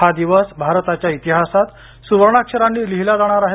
हा दिवस भारताच्या इतिहासात सुवर्णाक्षरांनी लिहिला जाणार आहे